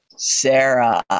Sarah